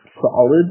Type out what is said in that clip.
solid